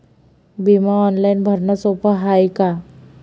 बिमा ऑनलाईन भरनं सोप हाय का?